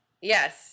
Yes